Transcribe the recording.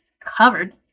covered